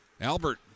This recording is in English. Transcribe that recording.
Albert